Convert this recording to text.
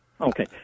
Okay